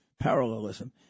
parallelism